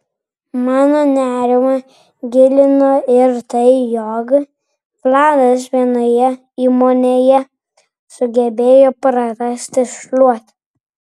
mano nerimą gilino ir tai jog vladas vienoje įmonėje sugebėjo prarasti šluotą